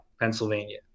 Pennsylvania